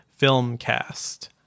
filmcast